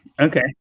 Okay